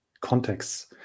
contexts